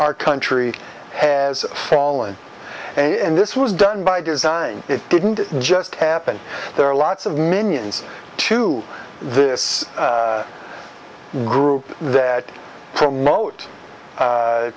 our country has fallen and this was done by design it didn't just happen there are lots of minions to this group that promote